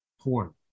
Porn